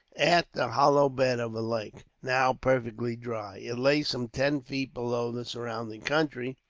at the hollow bed of a lake, now perfectly dry. it lay some ten feet below the surrounding country,